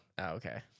Okay